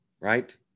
Right